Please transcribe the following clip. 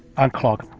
unclog